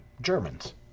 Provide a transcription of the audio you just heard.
Germans